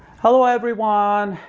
hello everyone!